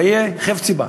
ראה "חפציבה",